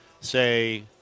say